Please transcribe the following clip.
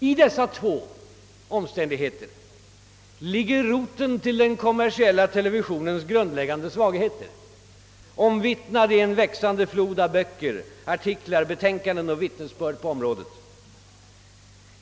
I dessa två omständigheter ligger roten till den kommersiella TV:ns grundläggande svagheter, omvittnad i en växande flod av böcker, artiklar, betänkanden och vittnesbörd på området.